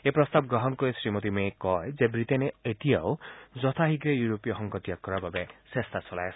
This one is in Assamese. এই প্ৰস্তাৱ গ্ৰহণ কৰি শ্ৰীমতী মেই কয় যে ৱিটেইনে এতিয়াও যথাশীঘে ইউৰোপীয় সংঘ ত্যাগ কৰাৰ বাবে চেষ্টা চলাই আছে